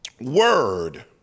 word